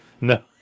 No